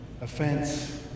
offense